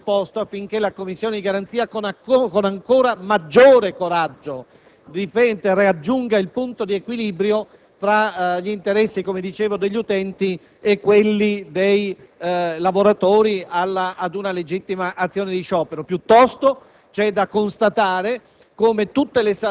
Io aggiungo la mia voce di segno opposto affinché la Commissione, con ancora maggiore coraggio, raggiunga il punto di equilibrio fra gli interessi degli utenti e quelli dei lavoratori ad una legittima azione di sciopero.